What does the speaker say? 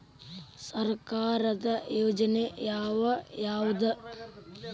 ಸರ್ಕಾರದ ಯೋಜನೆ ಯಾವ್ ಯಾವ್ದ್?